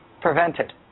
prevented